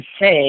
say